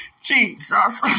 Jesus